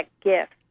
gift